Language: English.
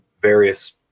various